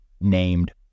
named